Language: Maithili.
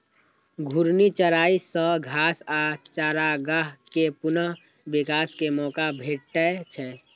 घूर्णी चराइ सं घास आ चारागाह कें पुनः विकास के मौका भेटै छै